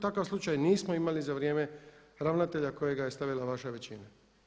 Takav slučaj nismo imali za vrijeme ravnatelja kojega je stavila vaša većina.